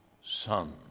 son